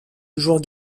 toujours